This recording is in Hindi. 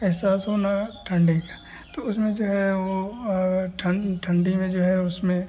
अहसास हो ना ठंडी तो उसमें जो है वह ठन ठंडी में जो है उसमें